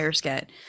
get